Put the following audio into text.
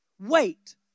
Wait